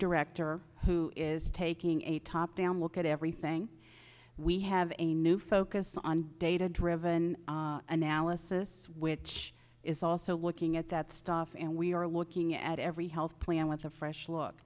director who is taking a top down look at everything we have a new focus on data driven analysis which is also looking at that stuff and we are looking at every health plan with a fresh look